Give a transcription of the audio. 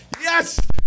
Yes